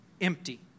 empty